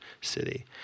city